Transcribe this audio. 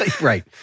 Right